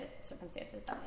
circumstances